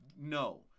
No